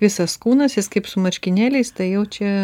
visas kūnas jis kaip su marškinėliais tai jau čia